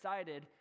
excited